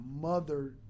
Mother